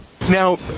Now